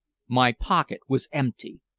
my pocket was empty!